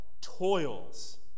toils